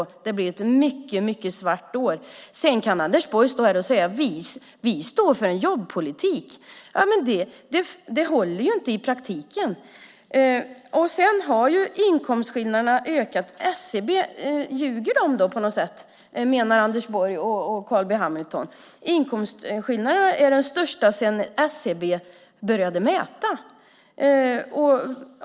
Jo, det blir ett mycket svart år. Sedan kan Anders Borg stå här och säga: Vi står för en jobbpolitik. Det håller inte i praktiken. Inkomstskillnaderna har ökat. Menar Anders Borg och Carl B Hamilton att SCB ljuger? Inkomstskillnaderna är de största sedan SCB började mäta.